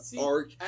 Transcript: arc